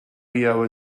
leo